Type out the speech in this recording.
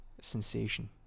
sensation